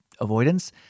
avoidance